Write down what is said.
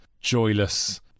joyless